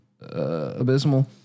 abysmal